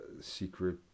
secret